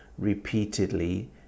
repeatedly